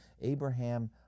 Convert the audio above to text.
Abraham